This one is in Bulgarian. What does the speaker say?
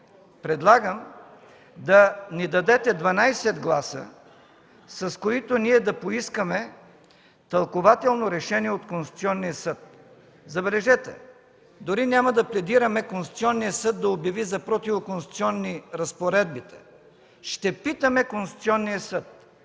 Предлагам да ни дадете 12 гласа, с които ние да поискаме тълкувателно решение от Конституционния съд. Забележете, дори няма да пледираме Конституционният съд да обяви за противоконституционни разпоредбите. Ще питаме Конституционния съд